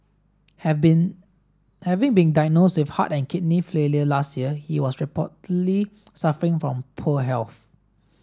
have been having been diagnosed with heart and kidney failure last year he was reportedly suffering from poor health